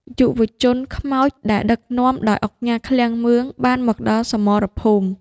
យុទ្ធជនខ្មោចដែលដឹកនាំដោយឧកញ៉ា ឃ្លាំងមឿង បានមកដល់សមរភូមិ។